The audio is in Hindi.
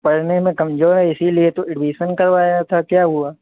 पढ़ने में कमजोर है इसलिए तो एडबीसन करवाया था